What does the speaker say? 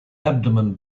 abdomen